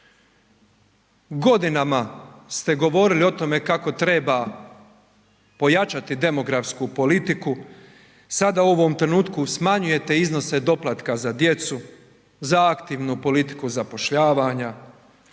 Godinama ste govorili o tome kako treba pojačati demografsku politiku, sada u ovom trenutku smanjujete iznose doplatka za djecu, za aktivnu politiku zapošljavanja,